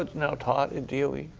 you know taught in d o e?